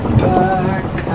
back